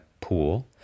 pool